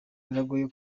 biragoye